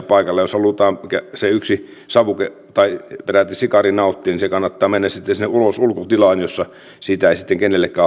jos halutaan se yksi savuke tai peräti sikari nauttia niin kannattaa mennä sitten sinne ulkotilaan jossa siitä ei sitten kenellekään haittaa ole